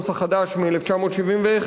מ-1971,